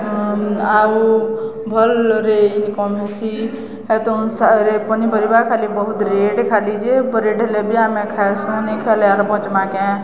ଆଉ ଭଲ୍ରେ ଇନ୍କମ୍ ହେସି ଆର୍ ତୁନ୍ ଶାଗ୍ ପନିପରିବା ଖାଲି ବହୁତ୍ ରେଟ୍ ଖାଲି ଯେ ରେଟ୍ ହେଲେ ବି ଆମେ ଖାଏସୁଁ ନେଇ ଖାଏଲେ ଆର୍ ବଞ୍ଚ୍ମା କେଁ